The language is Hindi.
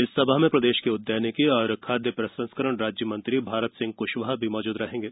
इस सभा में प्रदेश के उद्यानिकी एवं खाद्य प्रसंस्करण राज्य मंत्री स्वतंत्र प्रभार भारत सिंह कृशवाह भी मौजूद रहेंगे